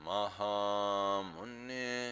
Mahamuni